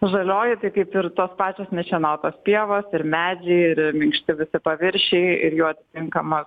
žalioji tai kaip ir tos pačios nešienautos pievos ir medžiai ir minkšti visi paviršiai ir jo tinkama